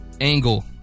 angle